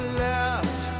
left